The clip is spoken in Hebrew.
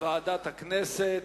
ועדת הכנסת.